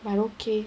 like okay